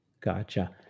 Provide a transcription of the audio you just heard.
Gotcha